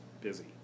busy